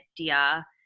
idea